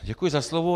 Děkuji za slovo.